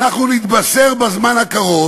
אנחנו נתבשר בזמן הקרוב